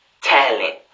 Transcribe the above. talent